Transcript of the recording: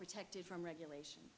protected from regulation